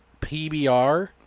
PBR